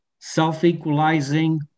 self-equalizing